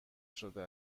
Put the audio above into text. شده